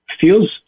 feels